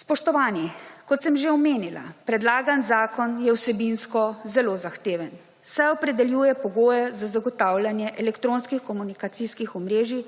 Spoštovani, kot sem že omenila, predlagani zakon je vsebinsko zelo zahteven, saj opredeljuje pogoje za zagotavljanje elektronskih komunikacijskih omrežij